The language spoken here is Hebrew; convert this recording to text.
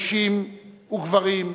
נשים וגברים,